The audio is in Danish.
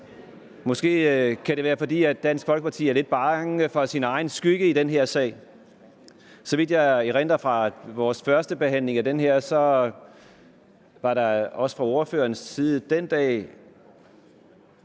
måske være, fordi Dansk Folkeparti er lidt bange for sin egen skygge i den her sag. Så vidt jeg erindrer fra vores førstebehandling af det her lovforslag, var der også fra ordførerens side den dag